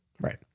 Right